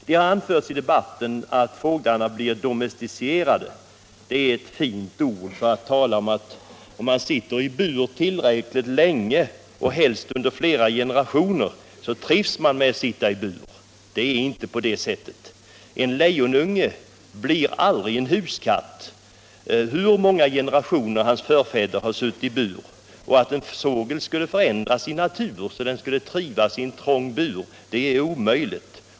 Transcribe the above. Det har anförts i debatten att fåglarna blir domesticerade — det är ett fint ord för att tala om, att sitter man i bur tillräckligt länge, helst under flera generationer, så trivs man med att sitta i bur. Det är inte på det sättet. En lejonunge blir aldrig en huskatt, hur många generationer hans förfäder än har suttit i bur. Att en fågel skall förändra sin natur så att den trivs i en trång bur är omöjligt.